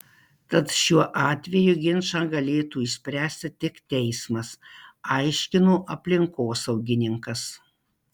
tad šiuo atveju ginčą galėtų išspręsti tik teismas aiškino aplinkosaugininkas